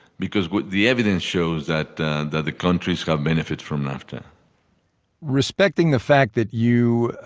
because but the evidence shows that the that the countries have benefits from nafta respecting the fact that you,